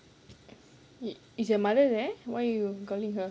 i~ is your mother there why are you calling her